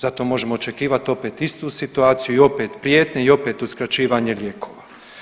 Zato možemo očekivati opet istu situaciju i opet prijetnje i opet uskraćivanje lijekova.